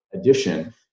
addition